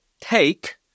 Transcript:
take